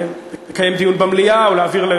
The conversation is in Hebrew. לקיים דיון במליאה או להעביר,